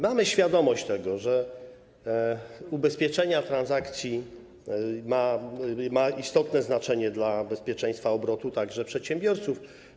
Mamy świadomość, że ubezpieczenie transakcji ma istotne znaczenie dla bezpieczeństwa obrotu także przedsiębiorców.